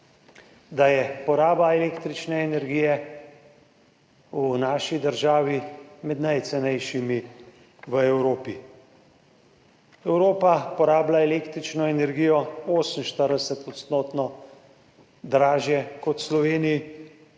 da je poraba električne energije v naši državi med najcenejšimi v Evropi. Evropa porablja električno energijo za 48 % dražjo kot v Sloveniji,